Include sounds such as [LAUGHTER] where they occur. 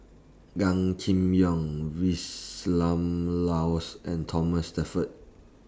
Gan Kim Yong [UNINTELLIGIBLE] Laus and Thomas Shelford